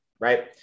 right